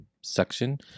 section